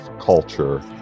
culture